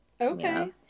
Okay